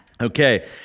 Okay